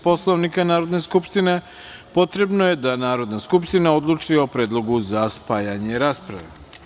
Poslovnika Narodne skupštine, potrebno je da Narodna skupština odluči o predlogu za spajanje rasprave.